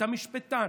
אתה משפטן,